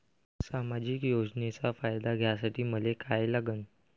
सामाजिक योजनेचा फायदा घ्यासाठी मले काय लागन?